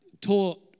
taught